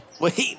Wait